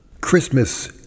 Christmas